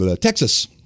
Texas